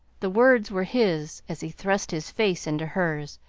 the words were his as he thrust his face into hers,